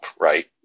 right